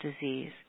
disease